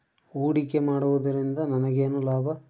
ಹೂಡಿಕೆ ಮಾಡುವುದರಿಂದ ನನಗೇನು ಲಾಭ?